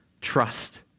trust